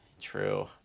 True